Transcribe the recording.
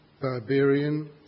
barbarian